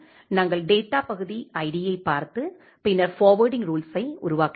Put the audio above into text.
நாங்கள் டேட்டா பகுதி ஐடியைப் பார்த்து பின்னர் ஃபார்வேர்ட்டிங் ரூல்ஸை உருவாக்குகிறோம்